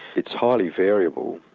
it's highly variable,